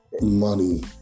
money